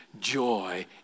joy